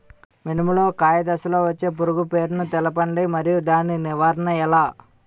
మినుము లో కాయ దశలో వచ్చే పురుగు పేరును తెలపండి? మరియు దాని నివారణ ఎలా?